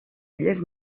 illes